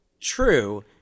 True